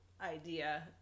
idea